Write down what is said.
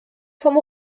vom